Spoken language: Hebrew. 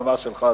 הבמה שלך,